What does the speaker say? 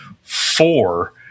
four